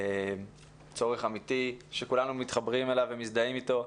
צורך אמיתי שכולנו מתחברים אליו ומזדהים איתו.